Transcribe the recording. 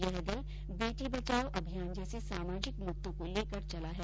यह दल बेटी बचाओं अभियान जैसे सामाजिक मुददों को लेकर चला है